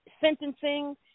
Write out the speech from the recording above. sentencing